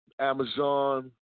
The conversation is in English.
Amazon